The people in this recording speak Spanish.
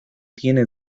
tiene